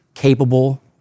capable